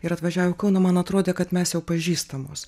ir atvažiavo į kauną man atrodė kad mes jau pažįstamos